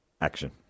Action